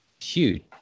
huge